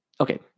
Okay